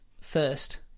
first